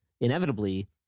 inevitably